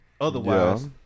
otherwise